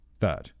third